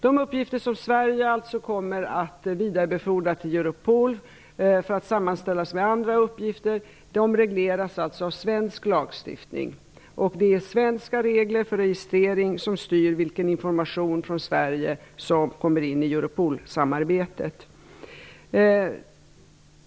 De uppgifter som Sverige kommer att vidarebefordra till Europol för att sammanställas med andra uppgifter regleras alltså av svensk lagstiftning. Det är svenska regler för registrering som styr vilken information från Sverige som kommer in i Europolsamarbetet.